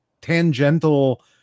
tangential